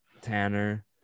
Tanner